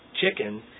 chicken